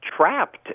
trapped